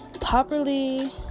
Properly